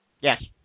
yes